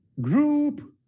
group